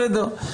בסדר,